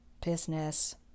business